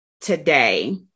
today